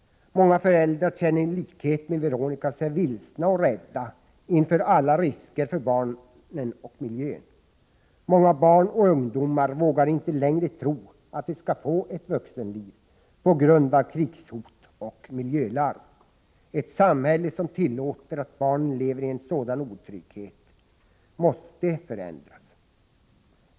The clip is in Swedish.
Många föräldrar känner i likhet med Veronica Wikholm sig vilsna och rädda inför alla risker för barnen och miljön. Många barn och ungdomar vågar inte längre tro att de skall få ett vuxenliv, på grund av krigshot och miljölarm. Ett samhälle som tillåter att barnen lever i en sådan otrygghet måste förändras.